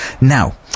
Now